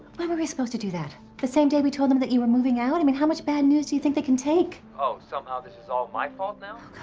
when were we supposed to do that? the same day we told them you were moving out? i mean how much bad news do you think they can take? oh, somehow this is all my fault now?